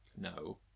No